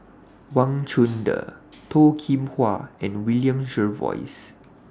Wang Chunde Toh Kim Hwa and William Jervois